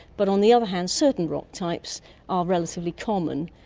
but on the other hand, certain rock types are relatively common,